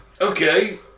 Okay